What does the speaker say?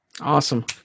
Awesome